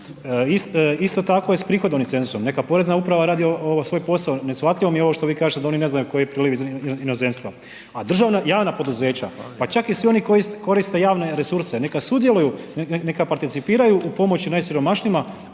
Isto tako je i sa prihodovnim cenzusom nema porezna uprava radi svoj posao, neshvatljivo mi je ovo što vi kažete da oni ne znaju koji je priliv iz inozemstva a državna i javna poduzeća pa čak i svi oni koji koriste javne resurse, neka sudjeluju, neka participiraju u pomoć najsiromašnijima